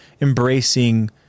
embracing